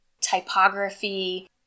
typography